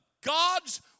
God's